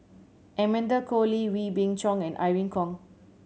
Amanda Koe Lee Wee Beng Chong and Irene Khong